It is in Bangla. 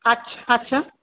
আচ্ছ আচ্ছা